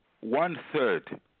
one-third